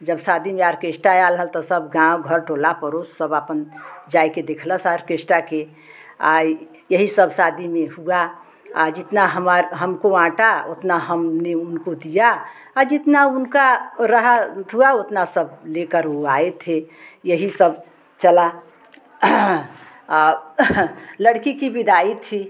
जब शादी में आर्केश्टा आल हल तो सब गाँव घर टोला परोस सब आपन जाइके देखलस आर्केश्ट्रा के यही सब शादी में हुआ जितना हमार हमको आटा ओतना हमने उनको दिया जितना उनका रहा अथवा ओतना सब लेकर वो आए थे यही सब चला और लड़की की विदाई थी